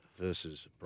versus